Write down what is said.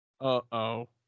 Uh-oh